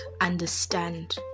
understand